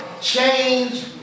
change